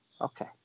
Okay